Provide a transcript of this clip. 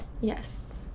Yes